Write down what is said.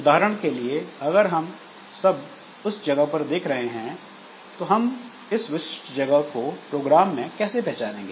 उदाहरण के लिए अगर हम इस जगह पर देख रहे हैं तो हम इस विशिष्ट जगह को प्रोग्राम में कैसे पहचानेंगे